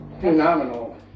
Phenomenal